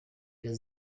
der